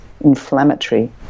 inflammatory